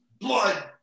blood